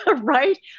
Right